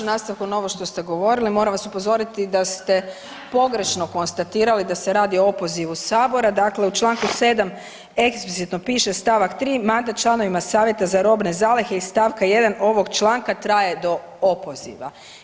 U nastavu na ovo što ste govorili moram vas upozoriti da ste pogrešno konstatirali da se radi o opozivu sabora, dakle u čl. 7. eksplicitno piše st. 3. „Mandat članovima Savjeta za robne zalihe iz st. 1. ovog članka traje do opoziva“